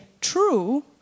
true